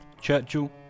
Churchill